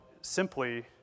simply